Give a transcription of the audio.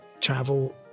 travel